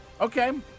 Okay